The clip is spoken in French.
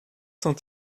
cent